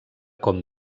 com